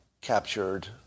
captured